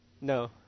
No